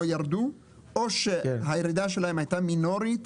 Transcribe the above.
ירדו או שהירידה שלהם הייתה מינורית.